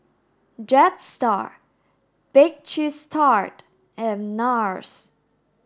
Jetstar Bake Cheese Tart and NARS